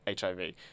HIV